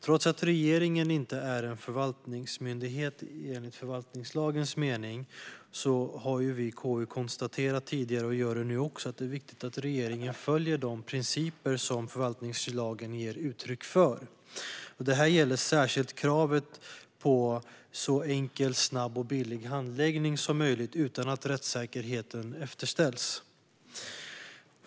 Trots att regeringen inte är en förvaltningsmyndighet i förvaltningslagens mening har vi i KU tidigare konstaterat, och gör det nu också, att det är viktigt att regeringen följer de principer som förvaltningslagen ger uttryck för. Detta gäller särskilt kravet på så enkel, snabb och billig handläggning som möjligt utan att rättssäkerheten eftersätts.